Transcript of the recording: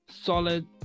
solid